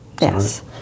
Yes